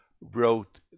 wrote